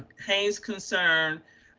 haynes concern.